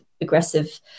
aggressive